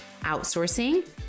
outsourcing